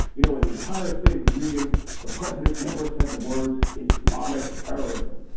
you know in the entire state of the union the president never said the words islamic terrorism.